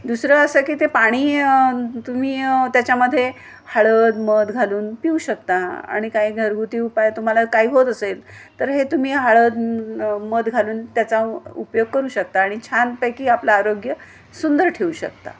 दुसरं असं की ते पाणी तुम्ही त्याच्यामध्ये हळद मध घालून पिऊ शकता आणि काही घरगुती उपाय तुम्हाला काही होत असेल तर हे तुम्ही हळद मध घालून त्याचा उपयोग करू शकता आणि छानपैकी आपलं आरोग्य सुंदर ठेवू शकता